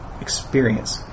experience